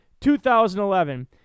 2011